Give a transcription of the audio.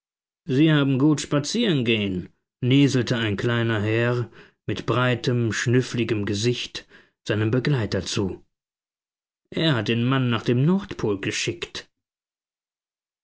sie haben gut spazierengehen näselte ein kleiner herr mit breitem schnüffligem gesicht seinem begleiter zu er hat den mann nach dem nordpol geschickt